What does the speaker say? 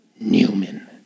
Newman